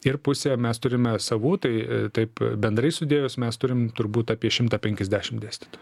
ir pusę mes turime savų tai taip bendrai sudėjus mes turim turbūt apie šimtą penkiasdešim dėstytojų